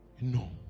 No